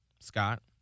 Scott